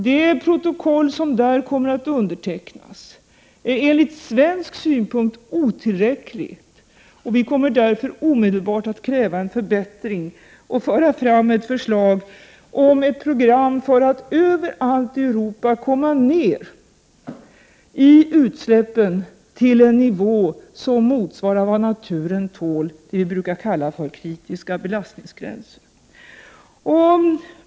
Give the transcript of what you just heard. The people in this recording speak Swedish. Det protokoll som där kommer att undertecknas kommer från svensk synpunkt att vara otillräckligt, och vi kommer därför omedelbart att kräva en förbättring och föra fram ett förslag om ett program för att överallt i Europa komma ner till en nivå beträffande utsläppen som motsvarar vad naturen tål, vad vi brukar kalla den kritiska belastningsgränsen.